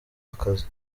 akazi